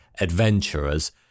adventurers